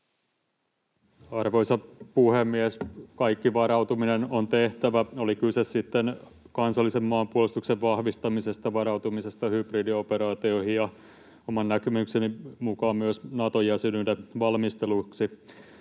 Arvoisa puhemies! Kaikki varautuminen on tehtävä, oli kyse sitten kansallisen maanpuolustuksen vahvistamisesta, varautumisesta hybridioperaatioihin tai, oman näkemykseni mukaan, myös Nato-jäsenyyden valmistelusta.